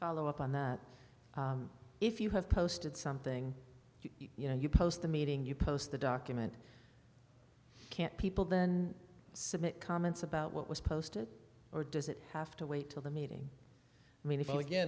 follow up on that if you have posted something you know you post the meeting you post the document can't people then submit comments about what was posted or does it have to wait till the meeting mea